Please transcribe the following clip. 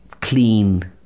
clean